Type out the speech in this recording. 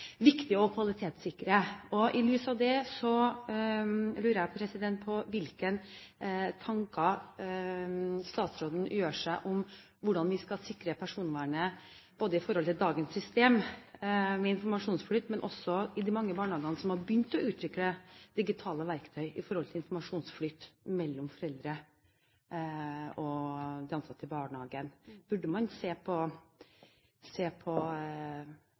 viktig å kvalitetssikre. I lys av dette lurer jeg på hvilke tanker statsråden gjør seg om hvordan vi skal sikre personvernet, både når det gjelder dagens system med informasjonsflyt, og også med de mange barnehagene som har begynt å utvikle digitale verktøy, når det gjelder informasjonsflyten mellom foreldre og de ansatte i barnehagen. Burde man se på